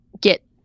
get